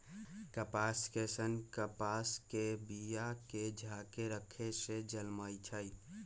कपास के सन्न कपास के बिया के झाकेँ रक्खे से जलमइ छइ